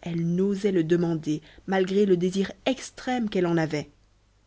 elle n'osait le demander malgré le désir extrême qu'elle en avait